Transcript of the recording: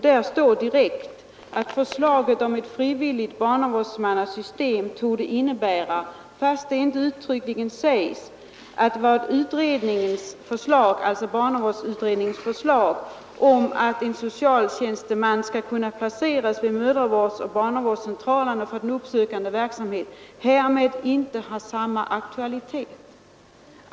Det står där att förslaget om ett frivilligt barnavårdsmannasystem torde innebära — fast det inte uttryckligen sägs — att barnavårdsutredningens förslag om att en socialvårdstjänsteman skall kunna placeras vid mödravårdsoch barnavårdscentralerna för uppsökande verksamhet ”härmed inte har samma aktualitet”.